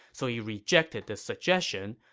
so he rejected the suggestion,